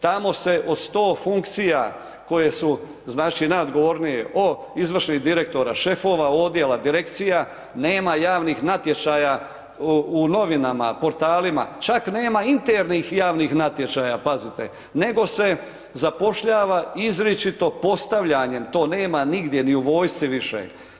Tamo se od 100 funkcija koje su znači najodgovornije od izvršnih direktora, šefov odjela, direkcija nema javnih natječaja u novinama, portalima, čak nema internih javnih natječaja, nego se zapošljava izričito postavljanjem, to nema nigdje ni u vojsci više.